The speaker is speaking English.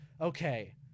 Okay